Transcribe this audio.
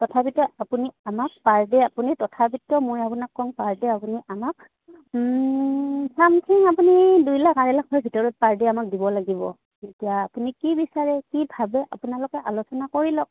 তথাপিতো আপুনি আমাক পাৰ ডে আপুনি তথাপিতো মই আপোনাক কম পাৰ ডে আপুনি আমাক চামথিং আপুনি দুই লাখ আঢ়ৈ লাখৰ ভিতৰত পাৰ ডে আমাক দিব লাগিব এতিয়া আপুনি কি বিচাৰে কি ভাবে আপোনালোকে আলোচনা কৰি লওক